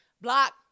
block